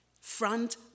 front